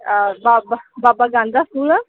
ਬਾਬਾ ਬਾਬਾ ਗਾਂਦਾ ਸਕੂਲ